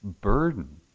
burden